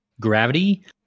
gravity